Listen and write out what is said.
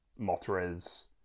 mothra's